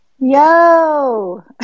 Yo